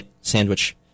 sandwich